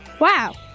Wow